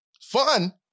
fun